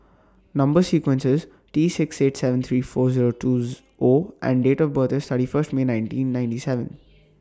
Number sequence IS T six eight seven three four Zero two O and Date of birth IS thirty First May nineteen ninety seven